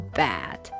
bad